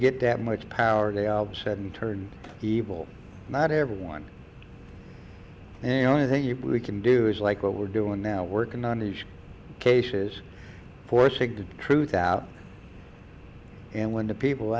get that much power they said and turned evil not everyone they only thing you can do is like what we're doing now working on these cases forcing the truth out and when the people